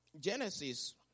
Genesis